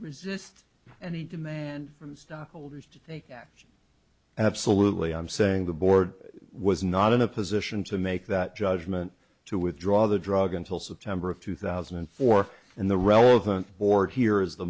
resist any demand from stockholders to take action absolutely i'm saying the board was not in a position to make that judgment to withdraw the drug until september of two thousand and four and the relevant board here is the